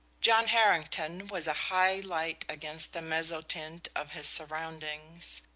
john harrington was high light against the mezzotint of his surroundings.